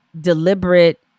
deliberate